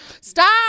Stop